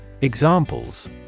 Examples